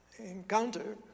Encounter